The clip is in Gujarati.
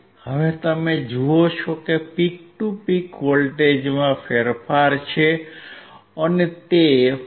હવે તમે જુઓ છો કે પીક ટુ પીક વોલ્ટેજમાં ફેરફાર છે અને તે 4